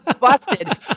busted